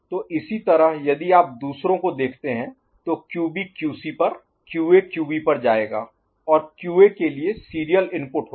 तो इसी तरह यदि आप दूसरों को देखते हैं तो QB क्यूसी पर क्यूए QB पर जाएगा और क्यूए के लिए सीरियल इनपुट होगा